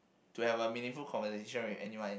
to have a meaningful conversation with anyone